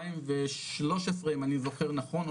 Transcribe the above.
מ-2013 אם אני זוכר נכון,